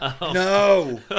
No